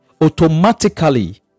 automatically